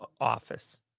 office